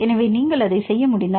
எனவே நீங்கள் அதை செய்ய முடிந்தால்